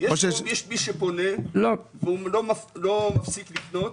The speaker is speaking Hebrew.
יש מי שפונה והוא לא מפסיק לפנות